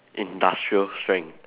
industrial strength